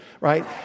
right